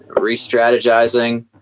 re-strategizing